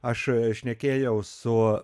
aš šnekėjau su